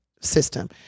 system